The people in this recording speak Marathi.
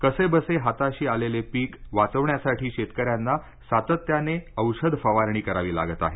कसेबसे हाताशी आलेले पीक वाचवण्यासाठी शेतकऱ्यांना सातत्याने औषध फवारणी करावी लागत आहे